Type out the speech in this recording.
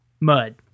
mud